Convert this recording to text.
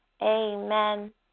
Amen